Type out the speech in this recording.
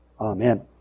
Amen